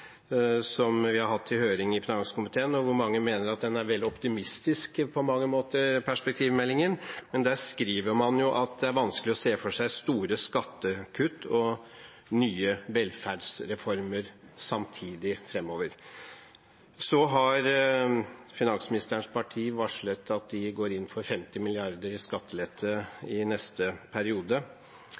vel optimistisk på mange måter. I meldingen skriver man at det er vanskelig å se for seg store skattekutt og nye velferdsreformer samtidig framover. Finansministerens parti har varslet at de går inn for 50 mrd. kr i skattelette i neste periode.